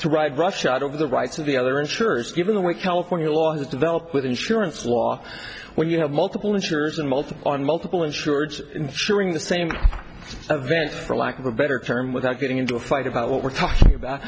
to ride roughshod over the rights of the other insurers given the way california law has developed with insurance law where you have multiple insurers and multiple on multiple insured insuring the same event for lack of a better term without getting into a fight about what we're talking about